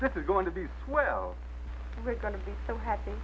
this is going to be swell we're going to be so happy